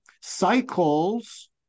cycles